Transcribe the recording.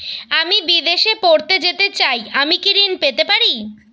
আমি বিদেশে পড়তে যেতে চাই আমি কি ঋণ পেতে পারি?